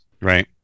Right